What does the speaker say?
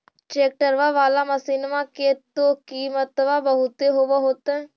ट्रैक्टरबा बाला मसिन्मा के तो किमत्बा बहुते होब होतै?